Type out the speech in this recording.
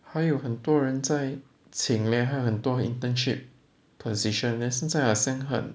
还有很多人请 leh 还有很多 internship position leh 现在好像很